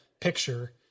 picture